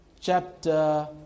chapter